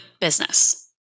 business